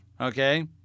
Okay